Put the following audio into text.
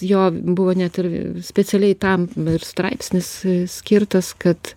jo buvo net ir specialiai tam ir straipsnis skirtas kad